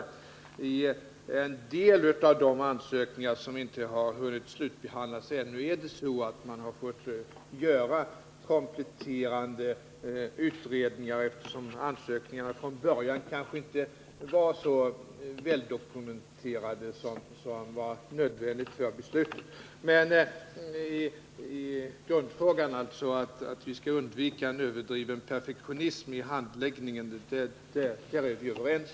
Till en del av de ansökningar som ännu inte hunnit slutbehandlas har man fått göra kompletterande utredningar, eftersom ansökningarna från början kanske inte var så väl dokumenterade som var nödvändigt inför besluten. Men när det gäller grundfrågan, att vi skall undvika överdriven perfektionism i handläggningen, är vi överens.